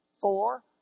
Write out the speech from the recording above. four